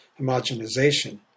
homogenization